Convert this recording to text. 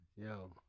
Yo